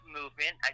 movement